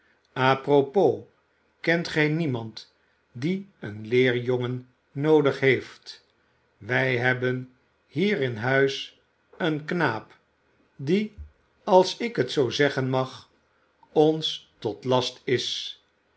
a propos kent gij niemand die een leerjongen noodig heeft wij hebben hier in huis een knaap die als ik het zoo zeggen mag ons tot last is